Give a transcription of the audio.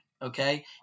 Okay